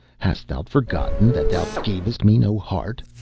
hast thou forgotten that thou gavest me no heart?